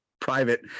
private